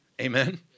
Amen